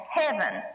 heaven